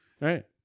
Right